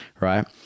Right